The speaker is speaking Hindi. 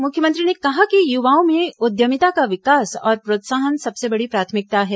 मुख्यमंत्री ने कहा कि युवाओं में उद्यमिता का विकास और प्रोत्साहन सबसे बड़ी प्राथमिकता है